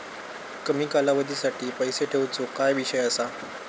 कमी कालावधीसाठी पैसे ठेऊचो काय विषय असा?